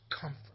comfort